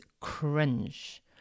cringe